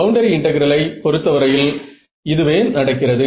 boundary இன்டெகிரலை பொறுத்தவரையில் இதுவே நடக்கிறது